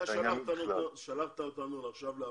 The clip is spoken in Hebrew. צרכי הצבא,